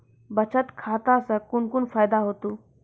बचत खाता सऽ कून कून फायदा हेतु?